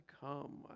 come